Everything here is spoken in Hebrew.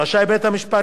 רשאי בית-המשפט,